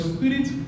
Spirit